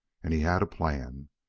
and he had a plan.